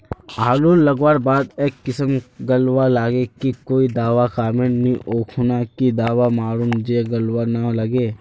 आलू लगवार बात ए किसम गलवा लागे की कोई दावा कमेर नि ओ खुना की दावा मारूम जे गलवा ना लागे?